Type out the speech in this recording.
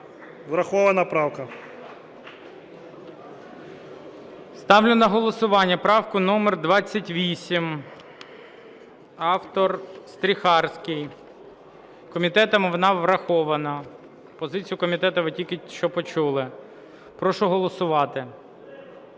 Врахована правка. ГОЛОВУЮЧИЙ. Ставлю на голосування правку номер 28, автор Стріхарський. Комітетом вона врахована. Позицію комітету ви тільки що почули. Прошу голосувати.